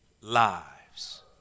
lives